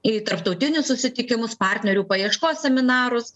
į tarptautinius susitikimus partnerių paieškos seminarus